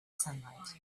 sunlight